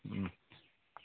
ওম